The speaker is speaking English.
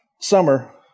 summer